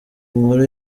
nkuru